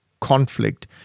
conflict